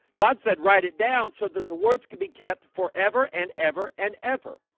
god said write it down so that the words can be kept forever and ever and ever